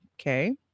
Okay